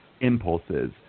impulses